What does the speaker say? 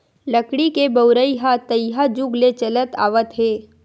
लकड़ी के बउरइ ह तइहा जुग ले चलत आवत हे